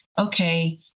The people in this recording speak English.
okay